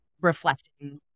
reflecting